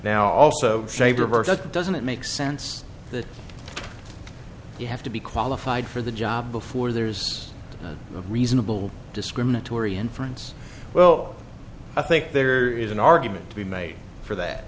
now also say reverse that doesn't make sense that you have to be qualified for the job before there's a reasonable discriminatory inference well i think there is an argument to be made for that